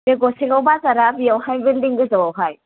बे गसाइगाव बाजारा बेयावहाय बिल्डिं गोजौआवहाय